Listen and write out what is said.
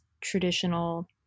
traditional